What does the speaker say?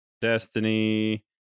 Destiny